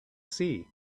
see